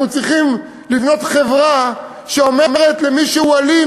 אנחנו צריכים לבנות חברה שאומרת למי שהוא אלים